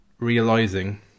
realizing